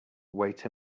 wait